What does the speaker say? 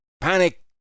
panic